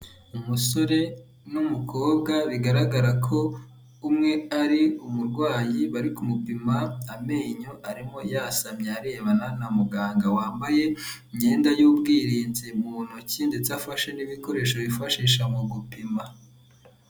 Umusore n'umukobwa bigaragara ko umwe ari umurwayi, bari kumupima amenyo arimo yasamye arebana na muganga wambaye imyenda y'ubwirinzi mu ntoki, ndetse afashe n'ibikoresho bifashisha mu gupima.